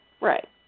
Right